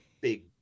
big